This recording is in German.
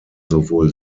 sowohl